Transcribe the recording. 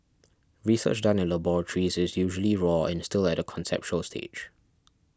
research done in laboratories is usually raw and still at a conceptual stage